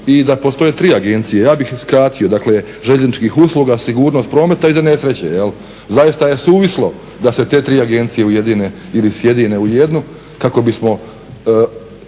i da postoje tri agencije, ja bih skratio, dakle željezničkih usluga, sigurnost prometa i za nesreće, je li, zaista je suvislo da se te tri agencije ujedine ili sjedine u jednu kako bismo